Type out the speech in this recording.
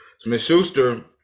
Smith-Schuster